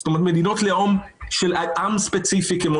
זאת אומרת מדינות לאום של עם ספציפי כמו